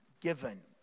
given